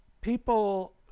People